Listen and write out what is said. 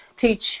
teach